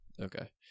Okay